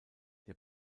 der